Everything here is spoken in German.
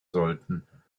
sollten